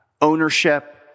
ownership